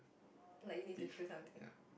like you need to choose something